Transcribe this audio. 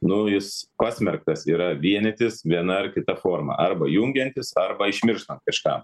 nu jis pasmerktas yra vienytis viena ar kita forma arba jungiantis arba išmirštant kažkam